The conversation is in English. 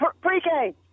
pre-K